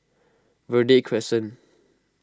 Verde Crescent